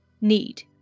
need